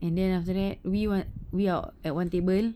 and then after that we want we are at one table